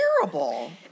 terrible